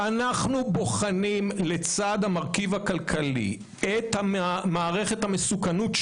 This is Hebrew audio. שאנחנו בוחנים לצד המרכיב הכלכלי את מערכת המסוכנות,